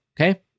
okay